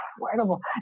incredible